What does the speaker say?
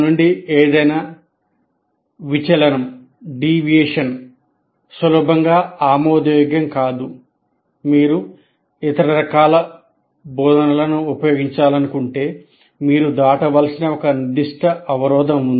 దీని నుండి ఏదైనా విచలనం అవసరం